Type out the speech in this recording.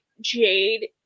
Jade